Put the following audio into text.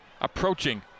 approaching